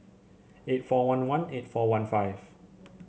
eight four one one eight four one five